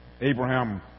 Abraham